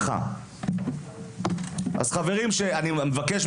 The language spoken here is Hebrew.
אני מבקש,